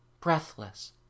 breathless